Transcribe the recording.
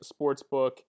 sportsbook